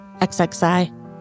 XXI